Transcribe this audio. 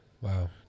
Wow